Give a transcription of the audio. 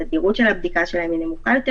התדירות של הבדיקה שלהם היא נמוכה יותר